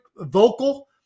vocal